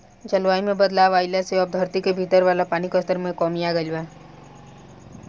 जलवायु में बदलाव आइला से अब धरती के भीतर वाला पानी के स्तर में कमी आ गईल बा